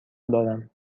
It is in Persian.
دارم